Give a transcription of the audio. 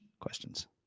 questions